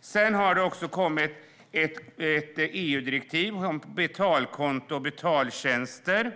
Sedan har det kommit ett EU-direktiv om betalkonto och betaltjänster.